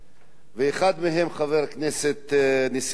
אחד מהם, חבר הכנסת נסים זאב,